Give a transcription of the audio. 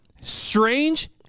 strange